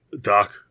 Doc